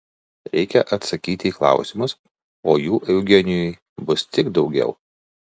reikia atsakyti į klausimus o jų eugenijui bus tik daugiau